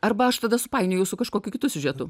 arba aš tada supainiojau su kažkokiu kitu siužetu